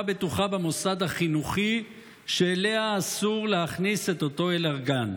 בטוחה במוסד החינוכי ואליה אסור להכניס את אותו אלרגן,